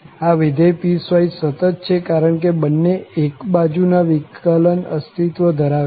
આ વિધેય પીસવાઈસ સતત છે કારણ કે બન્ને એક બાજુ ના વિકલન અસ્તિત્વ ધરાવે છે